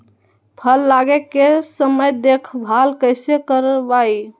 फल लगे के समय देखभाल कैसे करवाई?